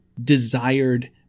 desired